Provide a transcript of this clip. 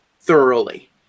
thoroughly